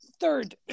third